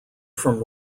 from